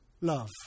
love